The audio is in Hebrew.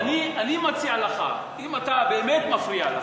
אני מציע לך, אם זה באמת מפריע לך,